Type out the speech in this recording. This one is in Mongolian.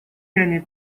дайны